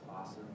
awesome